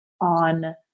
on